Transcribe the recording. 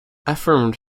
affirmed